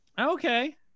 Okay